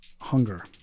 hunger